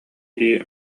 дии